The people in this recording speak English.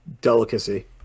delicacy